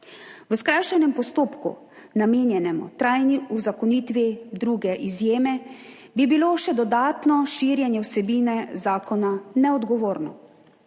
V skrajšanem postopku, namenjenemu trajni uzakonitvi druge izjeme, bi bilo še dodatno širjenje vsebine zakona neodgovorno,